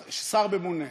שר ממונה.